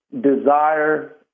desire